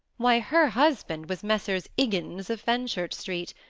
why, her husband was messrs. iggins of fenchurch street!